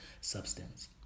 substance